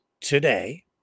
today